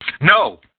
No